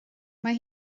mae